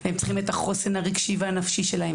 הם צריכים את החוסן הרגשי והנפשי שלהם.